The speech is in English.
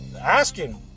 asking